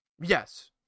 Yes